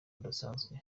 rudasanzwe